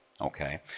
Okay